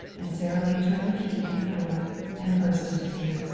and sara lee turned the key in her door and burst into tears.